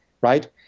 right